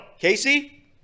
Casey